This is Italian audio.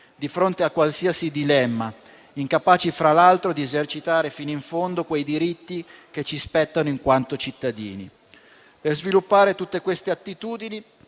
di fronte a qualsiasi dilemma; incapaci, fra l'altro, di esercitare fino in fondo quei diritti che ci spettano in quanto cittadini. Per sviluppare tutte queste attitudini,